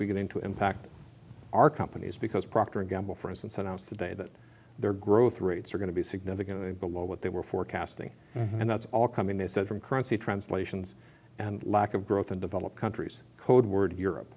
beginning to impact our companies because procter and gamble for instance announced today that their growth rates are going to be significantly below what they were forecasting and that's all coming they said from currency translations and lack of growth in developed countries code word europe